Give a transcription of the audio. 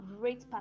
great